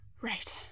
Right